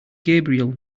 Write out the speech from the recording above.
gabriel